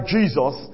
Jesus